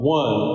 one